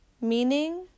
meaning